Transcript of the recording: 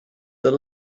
the